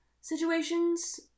Situations